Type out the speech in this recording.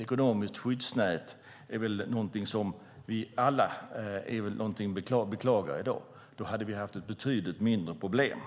ekonomiskt skyddsnät är väl något som vi alla beklagar i dag. Om de hade fått det hade vi haft ett betydligt mindre problem.